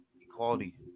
equality